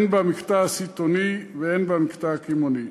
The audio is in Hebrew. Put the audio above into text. הן במקטע הסיטוני והן במקטע הקמעוני.